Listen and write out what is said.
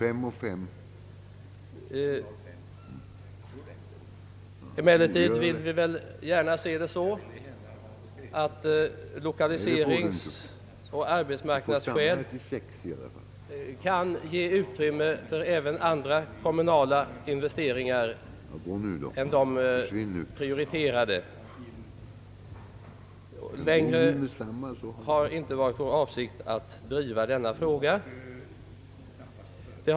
Emellertid vill vi väl gärna att lokaliseringsoch arbetsmarknadsskäl kan ge utrymme även för andra kommunala investeringar än de prioriterade. Men det har inte varit vår avsikt att driva denna fråga längre.